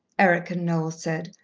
eric and noel said,